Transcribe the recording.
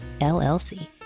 LLC